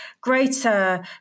greater